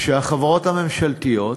שהחברות הממשלתיות,